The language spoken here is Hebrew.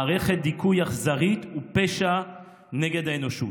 מערכת דיכוי אכזרית ופשע נגד האנושות.